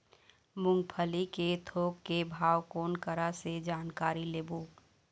मूंगफली के थोक के भाव कोन करा से जानकारी लेबो?